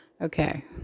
Okay